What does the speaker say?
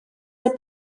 der